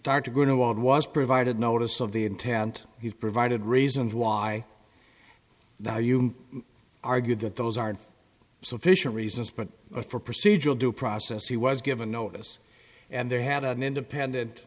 wald was provided notice of the intent he's provided reasons why now you argue that those are sufficient reasons but for procedural due process he was given notice and they had an independent